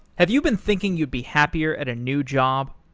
have you been thinking you'd be happier at a new job?